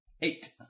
Eight